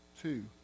Two